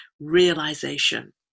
realization